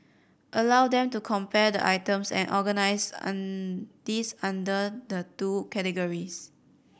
allow them to compare items and organise these under the two categories